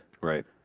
Right